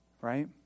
Right